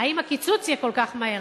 האם הקיצוץ יהיה כל כך מהר,